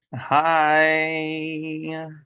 Hi